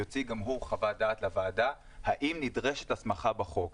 יוציא גם הוא חוות דעת לוועדה האם נדרשת הסמכה בחוק.